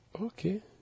Okay